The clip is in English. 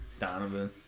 Donovan